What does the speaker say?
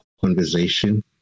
conversation